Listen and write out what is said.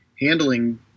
handling